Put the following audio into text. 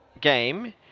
game